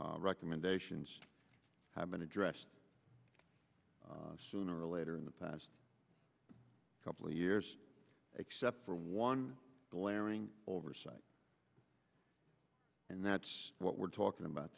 recommendations have been addressed sooner or later in the past couple of years except for one glaring oversight and that's what we're talking about